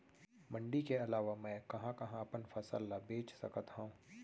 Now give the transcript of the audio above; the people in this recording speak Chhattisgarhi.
मण्डी के अलावा मैं कहाँ कहाँ अपन फसल ला बेच सकत हँव?